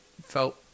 felt